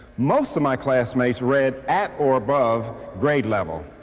most of my classmates read at or above grade level.